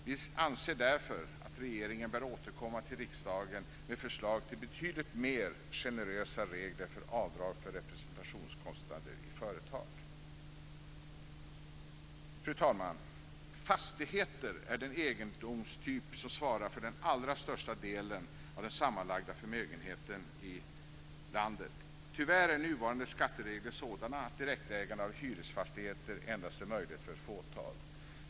Vi anser därför att regeringen bör återkomma till riksdagen med förslag till betydligt mer generösa regler för avdrag för representationskostnader i företag. Fru talman! Fastigheter är den egendomstyp som svarar för den allra största delen av den sammanlagda förmögenheten i landet. Tyvärr är nuvarande skatteregler sådana att direktägande av hyresfastigheter endast är möjligt för ett fåtal.